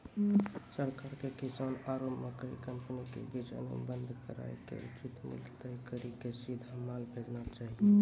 सरकार के किसान आरु मकई कंपनी के बीच अनुबंध कराय के उचित मूल्य तय कड़ी के सीधा माल भेजना चाहिए?